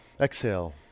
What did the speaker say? Exhale